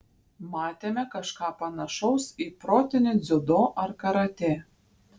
matėme kažką panašaus į protinį dziudo ar karatė